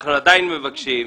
ואנחנו עדיין מבקשים,